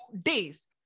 days